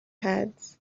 heads